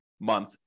month